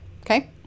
Okay